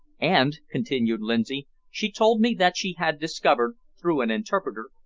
and, continued lindsay, she told me that she had discovered, through an interpreter,